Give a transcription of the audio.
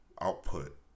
output